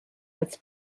als